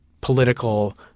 political